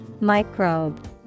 Microbe